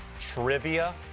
trivia